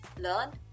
learn